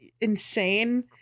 insane